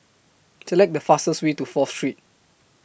Select The fastest Way to Fourth Street